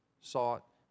sought